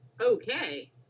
Okay